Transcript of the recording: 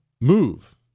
move